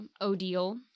Odile